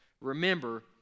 Remember